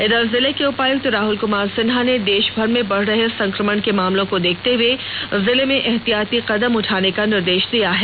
इधर जिले के उपायुक्त राहुल कुमार सिन्हा ने देश भर में बढ़ रहे संक्रमण के मामलो को देखते हुए जिले में ऐहतियाती कदम उठाने का निर्देश दिया है